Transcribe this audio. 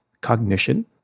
cognition